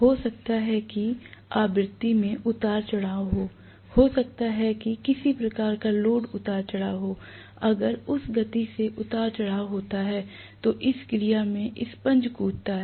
हो सकता है कि आवृत्ति में उतार चढ़ाव हो हो सकता है कि किसी प्रकार का लोड उतार चढ़ाव हो अगर उस गति से उतार चढ़ाव होता है तो इस क्रिया में स्पंज कूदता है